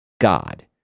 God